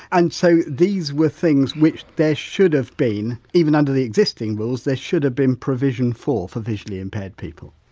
and so, these were things which there should have been even under the existing rules there should have been provision for, for visually impaired people?